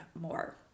more